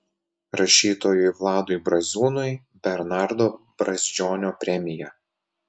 rašytojui vladui braziūnui bernardo brazdžionio premija